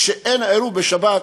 כשאין עירוב בשבת,